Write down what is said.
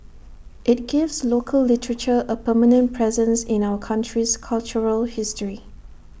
IT gives local literature A permanent presence in our country's cultural history